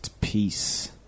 Peace